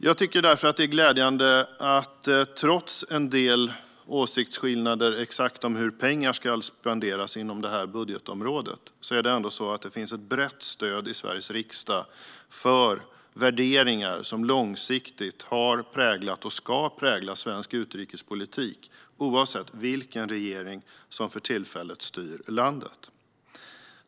Jag tycker därför att det är glädjande att det, trots en del åsiktsskillnader om exakt hur pengar ska spenderas inom det här budgetområdet, ändå finns ett brett stöd i Sveriges riksdag för värderingar som långsiktigt har präglat och ska prägla svensk utrikespolitik - oavsett vilken regering som för tillfället styr landet.